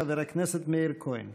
חבר הכנסת מאיר כהן.